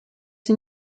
sie